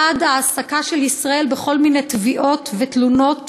בעד העסקה של ישראל בכל מיני תביעות ותלונות